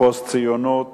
הפוסט-ציונות